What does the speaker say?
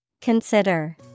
Consider